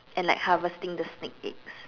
and like harvesting the snake eggs